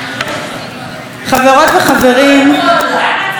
כן, אבל את זה הוא לא אמר.